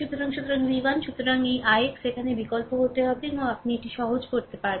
সুতরাং সুতরাং v1 সুতরাং এই ix এখানে বিকল্প হতে হবে এবং আপনি এটি সহজ করতে হবে